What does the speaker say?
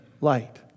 light